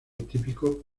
típico